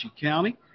County